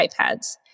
iPads